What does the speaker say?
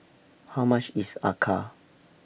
How much IS Acar